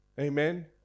Amen